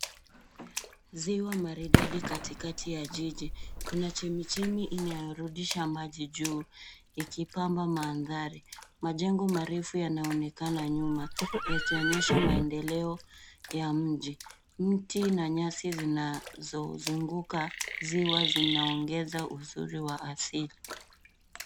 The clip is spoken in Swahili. Ziwa maridadi katikati ya jiji, kuna chemichemi inayorudisha maji juu ikipamba mandhari. Majengo marefu yanaonekana nyuma yakionyesha maendeleo ya mji. Mti na nyasi zinazozunguka ziwa zinaongeza uzuri wa asili.